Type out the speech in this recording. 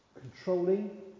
controlling